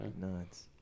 nuts